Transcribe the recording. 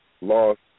lost